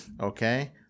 Okay